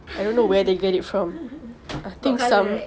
got colour right